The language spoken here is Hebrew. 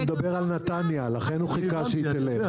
הוא מדבר על נתניה, לכן הוא חיכה שהיא תלך.